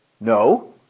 No